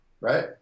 right